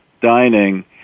dining